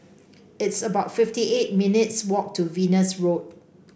it's about fifty eight minutes' walk to Venus Road